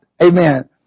Amen